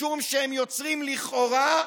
משום שהם יוצרים לכאורה,